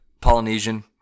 Polynesian